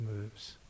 moves